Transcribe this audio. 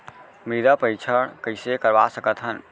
मृदा परीक्षण कइसे करवा सकत हन?